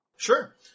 Sure